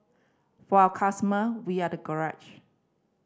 for our customer we are the garage